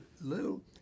little